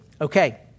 Okay